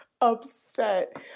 upset